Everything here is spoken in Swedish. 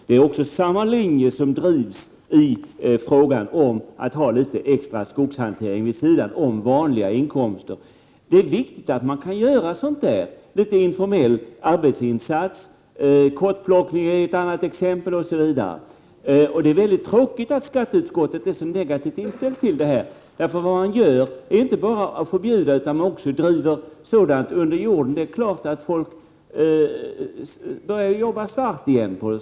Det är samma linje som drivs i frågan om att ha litet extra skogshantering vid sidan om vanliga inkomster. Det är viktigt att man kan göra sådant, en litet informell arbetsinsats, kottplockning är ett annat exempel osv. Det är väldigt tråkigt att skatteutskottet är så negativt inställt till detta. Vad man gör är inte bara att förbjuda utan man driver sådant här under jorden. Det är klart att folk börjar jobba svart igen.